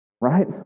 Right